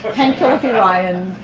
hank phillippi ryan,